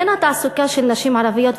עניין התעסוקה של נשים ערביות,